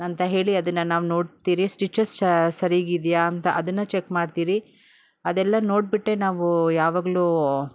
ಅಂತ ಹೇಳಿ ಅದನ್ನು ನಾವು ನೋಡ್ತೀರಿ ಸ್ಟಿಚಸ್ ಸರೀಗಿದ್ಯಾ ಅಂತ ಅದನ್ನು ಚೆಕ್ ಮಾಡ್ತೀರಿ ಅದೆಲ್ಲಾ ನೋಡ್ಬಿಟ್ಟೆ ನಾವು ಯಾವಾಗಲು